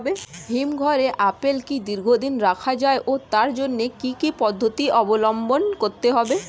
হিমঘরে আপেল কি দীর্ঘদিন রাখা যায় ও তার জন্য কি কি পদ্ধতি অবলম্বন করতে হবে?